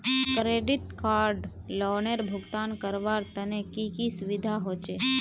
Credit card लोनेर भुगतान करवार तने की की सुविधा होचे??